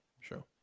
sure